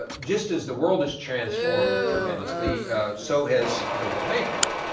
ah just as the world has transformed tremendously so has the world bank group.